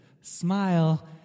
smile